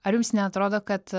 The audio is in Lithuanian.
ar jums neatrodo kad